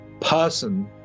person